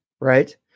right